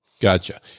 Gotcha